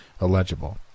illegible